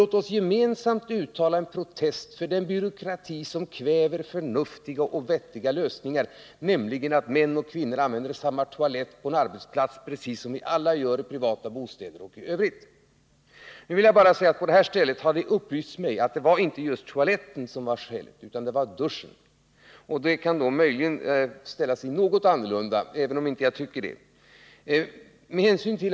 Låt oss nu gemensamt uttala en protest mot den byråkrati som kväver Om åtgärder för förnuftiga och vettiga lösningar, t.ex. att män och kvinnor använder samma = att förhindra könstoalett på en arbetsplats precis som vi alla gör i våra privata bostäder och i diskriminering övrigt. inom kommuni Det har upplysts mig att på det aktuella stället var inte toaletten skälet, kationsväsendet utan det var duschen. Det kan möjligen ställa sig något annorlunda, även om jaginte tycker att det skulle behövas.